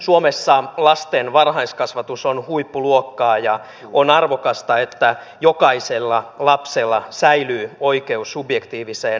suomessa lasten varhaiskasvatus on huippuluokkaa ja on arvokasta että jokaisella lapsella säilyy oikeus subjektiiviseen varhaiskasvatukseen